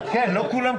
תעדכן.